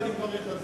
ואני מברך על זה.